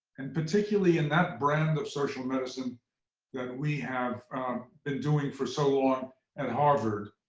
and particularly in that brand of social medicine that we have been doing for so long at harvard,